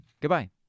goodbye